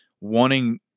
wanting